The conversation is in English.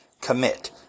Commit